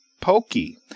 pokey